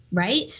right?